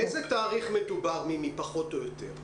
באיזה תאריך מדובר פחות או יותר?